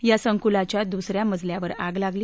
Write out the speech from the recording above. या संकुलाच्या दुस या मजल्यावर आग लागली